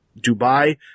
Dubai